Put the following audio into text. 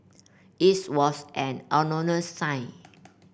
its was an sign